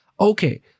Okay